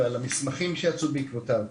ועל המסמכים שיצאו בעקבותיו.